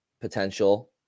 potential